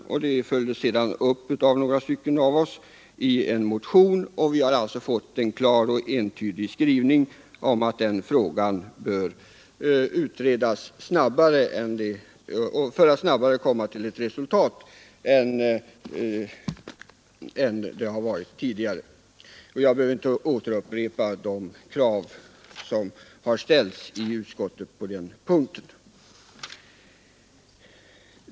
Några av oss följde upp den diskussionen i en motion, och vi har fått en klar och entydig skrivning om att den frågan bör utredas för att ett resultat snabbare skall kunna uppnås. Jag behöver inte upprepa de krav som ställts i utskottet på den punkten.